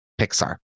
Pixar